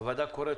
הוועדה קוראת